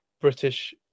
British